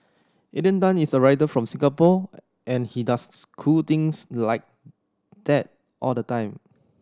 Alden Tan is a writer from Singapore and he does cool things like that all the time